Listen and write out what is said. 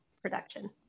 production